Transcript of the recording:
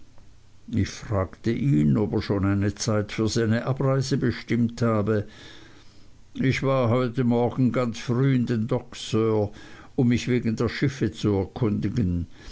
ich fragte ihn ob er schon eine zeit für seine abreise bestimmt habe ich war heute morgens ganz früh in den docks sir um mich wegen der schiffe zu erkundigen